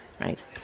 right